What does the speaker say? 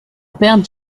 père